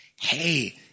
hey